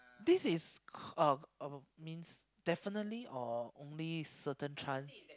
this is uh uh means definitely or only certain chance